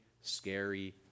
scary